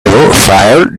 file